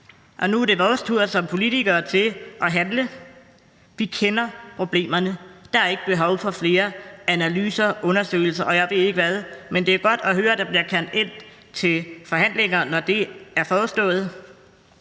Nu er det så vores tur som politikere til at handle. Vi kender problemerne, der er ikke behov for flere analyser, undersøgelser, og jeg ved ikke hvad, men det er godt at høre, at der bliver kaldt ind til forhandlinger, når det er foreslået.